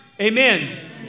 Amen